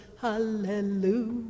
Hallelujah